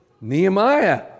Nehemiah